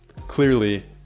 clearly